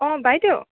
অঁ বাইদেউ